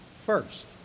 first